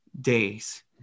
days